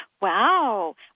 Wow